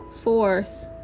fourth